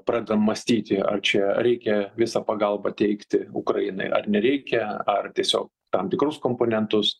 pradeda mąstyti ar čia reikia visą pagalbą teikti ukrainai ar nereikia ar tiesiog tam tikrus komponentus